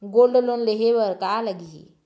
Gold loan लेहे बर का लगही?